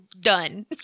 done